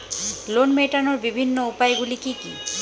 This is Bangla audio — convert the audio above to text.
লোন মেটানোর বিভিন্ন উপায়গুলি কী কী?